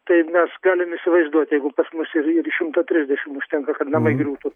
tai mes galim įsivaizduot jeigu pas mus ir ir šimto trisdešim užtenka kad namai griūtų